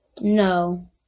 No